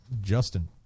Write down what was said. Justin